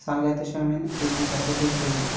सांगलां तशें हावें एक दिसाचे दोनशीं रुपया